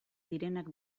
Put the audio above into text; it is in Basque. direnak